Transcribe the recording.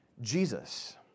Jesus